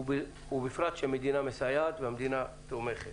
ובפרט כשהמדינה מסייעת ותומכת.